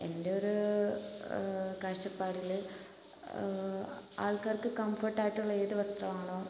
എൻ്റെയൊരു കാഴ്ചപ്പാടിൽ ആൾക്കാർക്ക് കംഫർട്ട് ആയിട്ടുള്ള ഏതു വസ്ത്രമാണോ